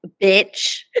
bitch